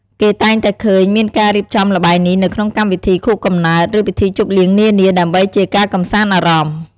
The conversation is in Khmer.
គេតែងតែឃើញមានការរៀបចំល្បែងនេះនៅក្នុងកម្មវិធីខួបកំណើត ឬពិធីជប់លៀងនានា ដើម្បីជាការកម្សាន្តអារម្មណ៍។